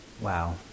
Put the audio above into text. Wow